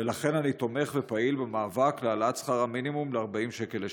ולכן אני תומך ופעיל במאבק להעלאת שכר המינימום ל-40 שקל לשעה.